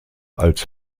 als